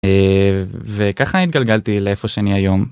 וככה התגלגלתי לאיפה שאני היום.